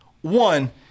one